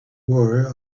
war